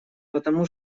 потому